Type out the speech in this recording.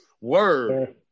Word